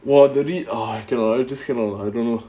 !wah! I cannot I just cannot lah I don't know